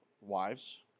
wives